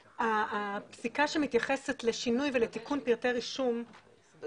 הפסיקה שמתייחסת לשינוי ולתיקון פרטי רישום שלא